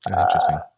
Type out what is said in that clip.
Interesting